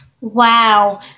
Wow